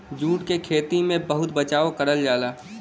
jute क खेती में बहुत बचाव करल जाला